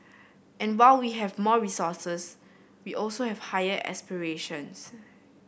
and while we have more resources we also have higher aspirations